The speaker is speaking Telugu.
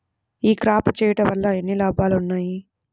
ఈ క్రాప చేయుట వల్ల ఎన్ని లాభాలు ఉన్నాయి?